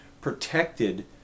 protected